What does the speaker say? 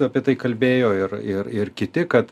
apie tai kalbėjo ir ir ir kiti kad